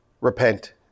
Repent